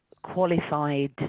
qualified